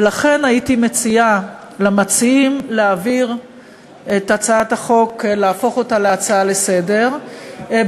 ולכן הייתי מציעה למציעים להפוך את הצעת החוק להצעה לסדר-היום.